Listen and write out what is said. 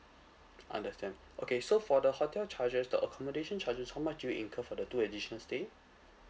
understand okay so for the hotel charges the accommodation charges how much did you incur for the two additional stay